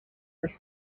for